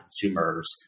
consumers